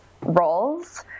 roles